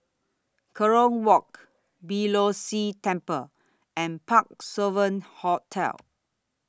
Kerong Walk Beeh Low See Temple and Parc Sovereign Hotel